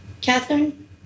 Catherine